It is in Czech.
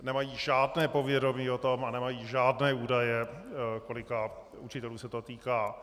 Nemají žádné povědomí o tom a nemají žádné údaje, kolika učitelů se to týká.